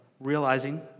realizing